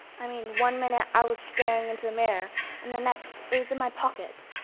i mean one minute i was staring into the mirror and the next it was in my pocket.